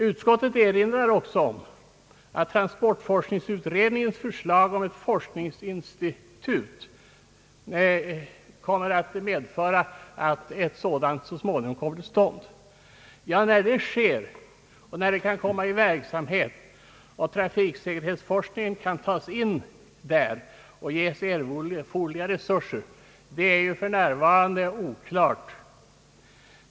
Utskottet erinrar också om att transportforskningsutredningens förslag om ett forskningsinstitut medför att ett sådant så småningom kommer till stånd. När det sker och när institutet kan komma i verksamhet samt trafiksäkerhetsforskningen kan tas in och ges erforderliga resurser, det är för närvarande oklart.